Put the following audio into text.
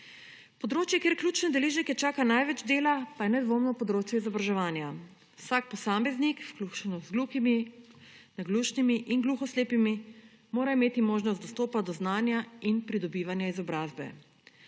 Področje, kjer ključne deležnike čaka največ dela, pa je nedvomno področje izobraževanja. Vsak posameznik, vključno z gluhimi, naglušnimi in gluhoslepimi, mora imeti možnost dostopa do znanja in pridobivanja izobrazbe.